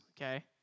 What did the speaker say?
okay